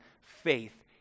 faith